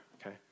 okay